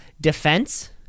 defense